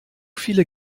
viele